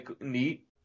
neat